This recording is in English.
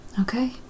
okay